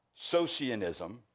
Socianism